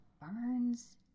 Burns